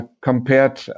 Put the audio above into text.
compared